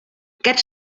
get